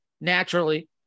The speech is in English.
naturally